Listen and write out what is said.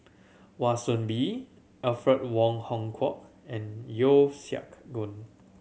Wan Soon Bee Alfred Wong Hong Kwok and Yeo Siak Goon